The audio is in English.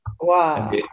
Wow